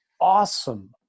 awesome